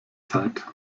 zeit